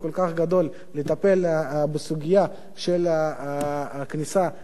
לטפל בסוגיה של הכניסה לשטח פרטי,